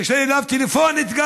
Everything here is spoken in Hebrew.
התקשר אליו גם טלפונית,